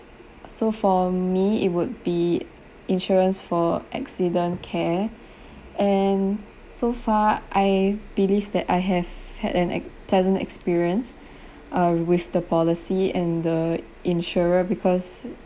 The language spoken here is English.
so for me it would be insurance for accident care and so far I believe that I have had an pleasant experience uh with the policy and the insurer because